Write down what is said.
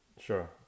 Sure